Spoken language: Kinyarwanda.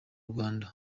rwanda